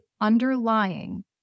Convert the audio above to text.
underlying